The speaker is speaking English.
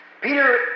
Peter